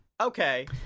okay